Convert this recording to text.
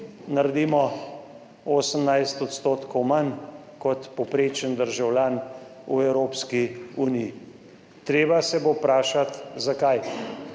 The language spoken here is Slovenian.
naredimo 18 % manj kot povprečen državljan v Evropski uniji. Treba se bo vprašati zakaj.